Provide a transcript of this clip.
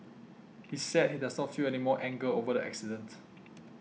he said he does not feel any more anger over the accident